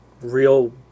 real